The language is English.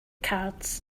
cards